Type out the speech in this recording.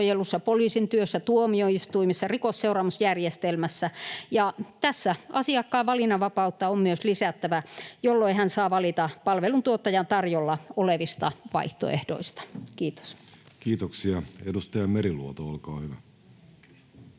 poliisin työssä, tuomioistuimissa ja rikosseuraamusjärjestelmässä. Tässä asiakkaan valinnanvapautta on myös lisättävä, jolloin hän saa valita palveluntuottajan tarjolla olevista vaihtoehdoista. — Kiitos. [Speech 18] Speaker: Jussi Halla-aho